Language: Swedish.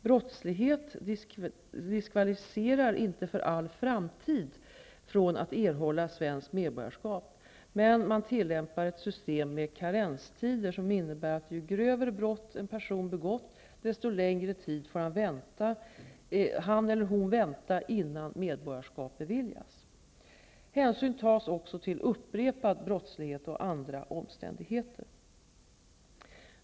Brottslighet diskvalificerar inte för all framtid från svenskt medborgarskap, men man tillämpar ett system med ''karenstider'', som innebär att ju grövre brott en person begått desto längre får han eller hon vänta innan medborgarskap beviljas. Hänsyn tas också till upprepad brottslighet och andra omständigheter.